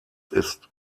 ist